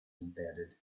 embedded